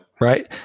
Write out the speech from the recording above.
Right